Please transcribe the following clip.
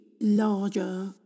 larger